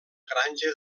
granja